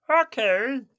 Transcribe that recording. Okay